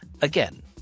again